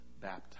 baptized